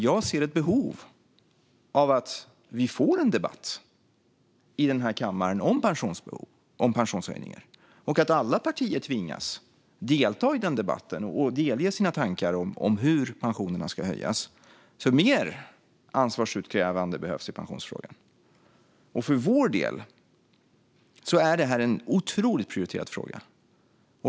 Jag ser ett behov av att vi får en debatt i kammaren om pensionshöjningar och att alla partier tvingas delta i den debatten och delge sina tankar om hur pensionerna ska höjas. Mer ansvarsutkrävande behövs i pensionsfrågan. För vår del är detta en otroligt prioriterad fråga.